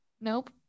nope